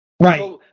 Right